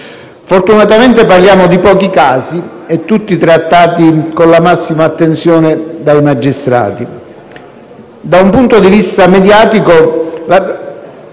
Fortunatamente parliamo di pochi casi e tutti trattati con la massima attenzione dai magistrati.